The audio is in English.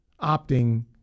opting